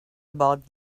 about